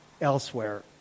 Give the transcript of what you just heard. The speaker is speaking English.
elsewhere